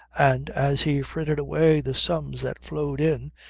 and as he frittered away the sums that flowed in,